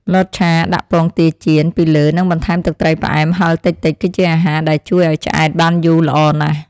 លតឆាដាក់ពងទាចៀនពីលើនិងបន្ថែមទឹកត្រីផ្អែមហឹរតិចៗគឺជាអាហារដែលជួយឱ្យឆ្អែតបានយូរល្អណាស់។